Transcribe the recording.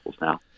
now